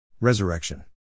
Resurrection